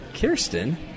Kirsten